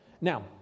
now